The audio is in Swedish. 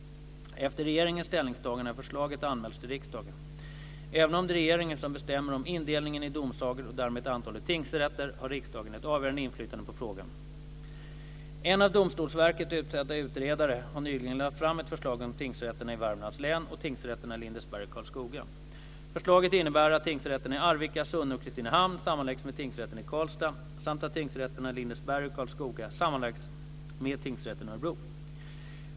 Efter regeringens ställningstagande har förslaget anmälts till riksdagen. Även om det är regeringen som bestämmer om indelningen i domsagor och därmed antalet tingsrätter har riksdagen ett avgörande inflytande på frågan. En av Domstolsverket utsedd utredare har nyligen lagt fram ett förslag om tingsrätterna i Värmlands län och tingsrätterna i Lindesberg och Karlskoga. Förslaget innebär att tingsrätterna i Arvika, Sunne och Kristinehamn sammanläggs med tingsrätten i Karlstad samt att tingsrätterna i Lindesberg och Karlskoga sammanläggs med tingsrätten i Örebro.